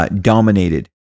dominated